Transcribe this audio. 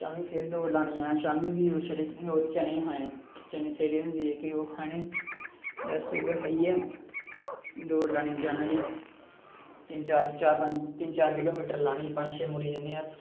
शामीं फिर दौड़ लाने गी जाना शामीं बी छड़े चने खाने चने सेड़े दे होंदे जेह्के ओह् खाने बस उयै खाइयै दौड़ लाने गी जाना उठी तिन चार चार पंज तिन चार किलोमीटर लानी पंज छे मुड़े जन्ने अस